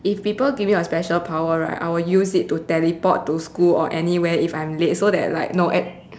if people give me a special power right I will use it to teleport to school or anywhere if I'm late so that like no at